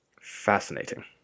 Fascinating